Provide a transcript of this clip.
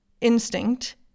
instinct